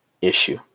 issue